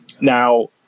Now